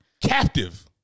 Captive